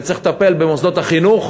וצריך לטפל במוסדות החינוך,